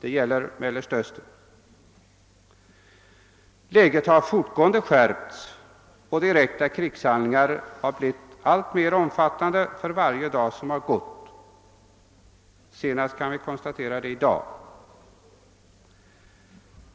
Det gäller Mellersta Östern. Läget har fortgående skärpts och direkta krigshandlingar har blivit alltmer omfattande för varje dag som går; senast kunde vi konstatera det i dag.